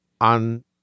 on